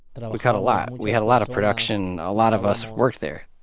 but um we cut a lot. we had a lot of production. a lot of us worked there.